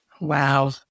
Wow